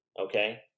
okay